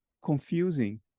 confusing